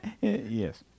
Yes